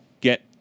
get